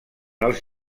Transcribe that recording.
els